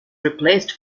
replaced